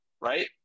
right